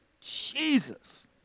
Jesus